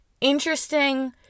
interesting